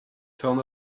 turn